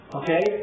okay